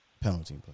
penalty